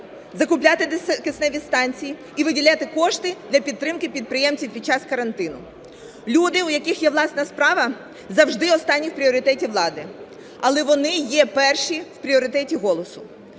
закупляти кисневі станції і виділяти кошти для підтримки підприємців під час карантину. Люди, у яких є власна справа, завжди останні в пріоритеті влади, але вони є перші в пріоритеті "Голосу".